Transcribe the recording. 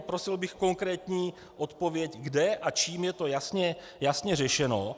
Prosil bych konkrétní odpověď, kde a čím je to jasně řešeno.